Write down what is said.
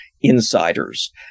insiders